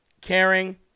caring